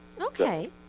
Okay